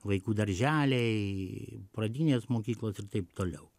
vaikų darželiai pradinės mokyklos ir taip toliau